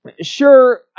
Sure